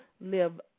live